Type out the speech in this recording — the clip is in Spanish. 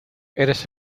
eres